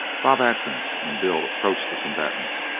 bob atkins and bill approached the combatants,